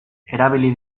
erabili